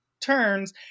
turns